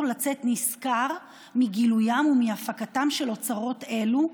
לצאת נשכר מגילוים ומהפקתם של אוצרות אלה,